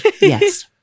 Yes